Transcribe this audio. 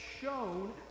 shown